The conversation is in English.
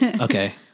Okay